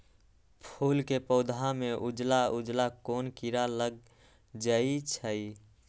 फूल के पौधा में उजला उजला कोन किरा लग जई छइ?